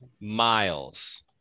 miles